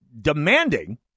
demanding